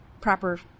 proper